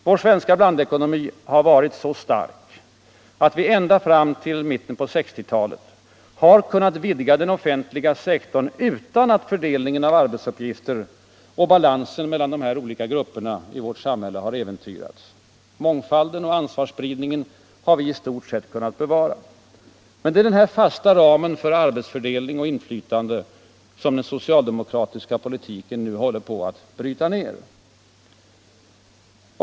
Vår svenska blandekonomi har varit så stark att vi ända fram till mitten av 1960-talet har kunnat vidga den offentliga sektorn utan att fördelningen av arbetsuppgifter och balansen mellan de här olika grupperna i vårt samhälle har äventyrats. Mångfalden och ansvarsspridningen har vi i stort sett kunnat bevara. Det är den fasta ramen för arbetsfördelning och inflytande som den socialdemokratiska politiken nu håller på att bryta ner.